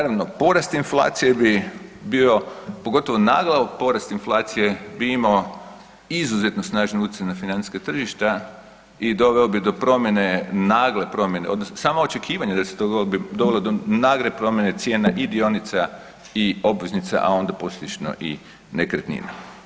Naravno porast inflacije bi bio pogotovo nagao porast inflacije bi imao izuzetno snažan utjecaj na financijska tržišta i doveo bi do promjene, nagle promjene odnosno sama očekivanja da se to dogodi dovelo bi do nagle promjene cijena i dionica i obveznica, a onda posljedično i nekretnina.